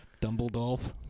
Dumbledore